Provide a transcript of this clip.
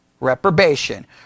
reprobation